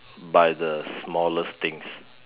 by the smallest things